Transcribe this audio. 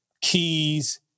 keys